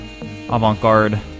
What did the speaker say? avant-garde